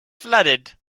flooded